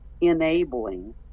enabling